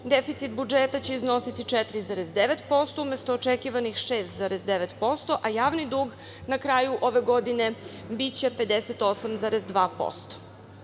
Deficit budžeta će iznositi 4,9% umesto očekivanih 6,9%, a javni dug na kraju ove godine biće 58,2%.Ima